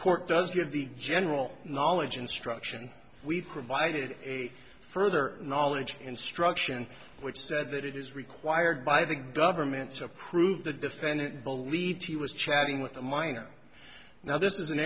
court does give the general knowledge instruction we provided a further knowledge instruction which said that it is required by the government to prove the defendant believed he was chatting with a minor now this is an